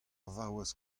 vaouez